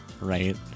right